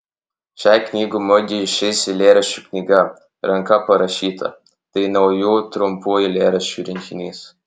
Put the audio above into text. šiai knygų mugei išeis eilėraščių knyga ranka parašyta tai naujų trumpų eilėraščių rinkinys